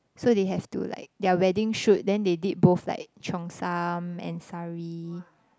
so they have to like their wedding shoot then they did both like cheongsam and sari